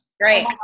Great